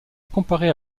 comparer